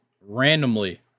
randomly